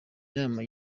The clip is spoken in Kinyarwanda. nama